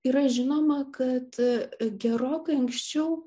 yra žinoma kad gerokai anksčiau